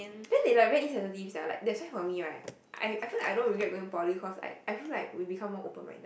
then they like very insensitive sia like that's why for me right I I thought I don't regret going poly because I I feel like we become more open minded